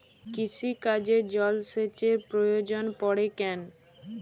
কৃষিকাজে জলসেচের প্রয়োজন পড়ে কেন?